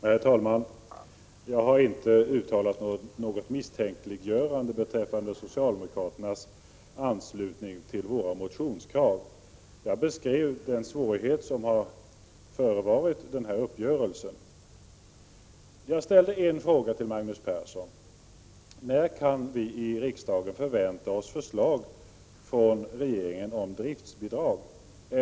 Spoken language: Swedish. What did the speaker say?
Herr talman! Jag har inte misstänkliggjort socialdemokraternas anslutning till våra motionskrav. Jag beskrev den svårighet som har föregått den träffade uppgörelsen. Jag ställde en fråga till Magnus Persson: När kan vi i riksdagen förvänta oss förslag från regeringen om driftbidrag?